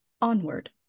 onward